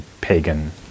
pagan